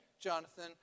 Jonathan